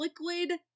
Liquid